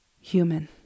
Human